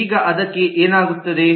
ಈಗ ಅದಕ್ಕೆ ಏನಾಗುತ್ತದೆ